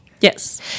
Yes